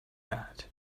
that